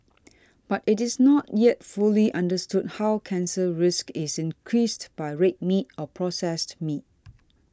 but it is not yet fully understood how cancer risk is increased by red meat or processed meat